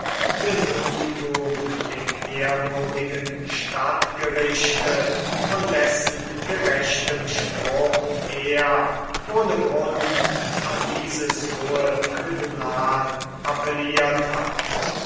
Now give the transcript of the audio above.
genugtuung dem ehrwürdigen stadtgerichte von dessen gerechtem spruch er ohne grund an dieses hohe tribunal appelliert hat